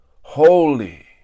Holy